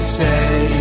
say